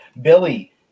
Billy